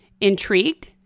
Intrigued